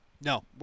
No